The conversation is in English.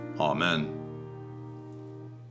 amen